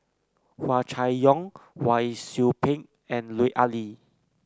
Hua Chai Yong Wang Sui Pick and Lut Ali